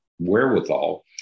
wherewithal